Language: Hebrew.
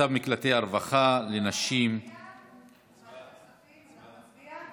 מצב מקלטי הרווחה לנשים, אתה לא מצביע?